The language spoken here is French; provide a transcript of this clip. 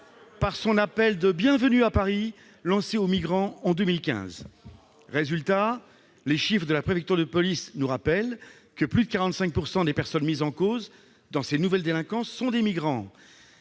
par son appel de bienvenue à Paris lancé aux migrants en 2015. Résultat : les chiffres de la préfecture de police nous le rappellent, plus de 45 % des personnes mises en cause dans ces nouvelles délinquances sont des migrants.